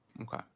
Okay